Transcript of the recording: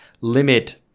limit